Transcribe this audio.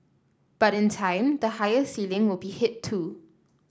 but in time the higher ceiling will be hit too